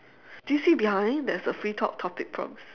do you see behind there's a free talk topic prompts